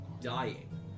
dying